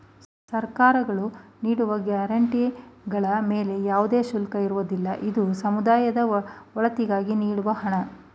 ಸರ್ಕಾರಗಳು ನೀಡುವ ಗ್ರಾಂಡ್ ಗಳ ಮೇಲೆ ಯಾವುದೇ ಶುಲ್ಕ ಇರುವುದಿಲ್ಲ, ಇದು ಸಮುದಾಯದ ಒಳಿತಿಗಾಗಿ ನೀಡುವ ಹಣ